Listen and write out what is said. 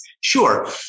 Sure